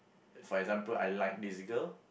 for example I like this girl